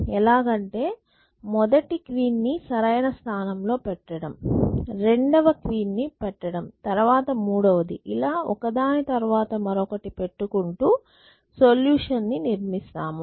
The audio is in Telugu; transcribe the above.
ఎలాగంటే మొదటి క్వీన్ ని సరైన స్థానం లో పెట్టడం రెండవ క్వీన్ ని పెట్టడం తరువాత మూడవది ఇలా ఒకదాని తర్వాత మరొకటి పెట్టుకుంటూ సొల్యూషన్ ని నిర్మిస్తాము